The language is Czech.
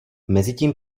mezitím